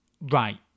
Right